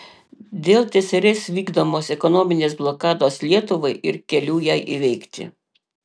dėl tsrs vykdomos ekonominės blokados lietuvai ir kelių jai įveikti